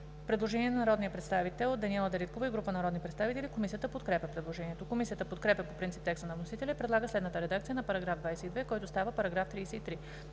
Предложение на народния представител Даниела Дариткова и група народни представители: Комисията подкрепя предложението. Комисията подкрепя по принцип текста на вносителя и предлага следната редакция на § 22, който става § 33: „§ 33.